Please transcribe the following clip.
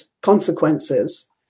consequences